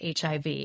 HIV